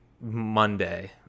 Monday